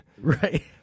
Right